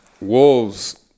wolves